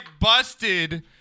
busted